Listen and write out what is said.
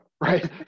right